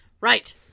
Right